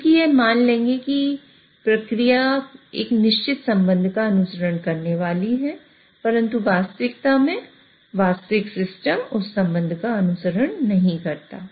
क्योंकि यह मान लेंगे कि प्रक्रिया एक निश्चित संबंध का अनुसरण करने वाली है परंतु वास्तविकता में वास्तविक सिस्टम उस संबंध का अनुसरण नहीं करता है